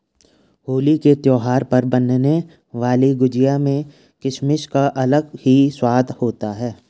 होली के त्यौहार पर बनने वाली गुजिया में किसमिस का अलग ही स्वाद होता है